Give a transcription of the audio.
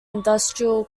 industrial